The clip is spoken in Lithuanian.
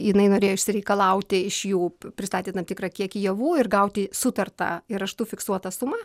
jinai norėjo išsireikalauti iš jų pristatė tam tikrą kiekį javų ir gauti sutartą ir raštu fiksuotą sumą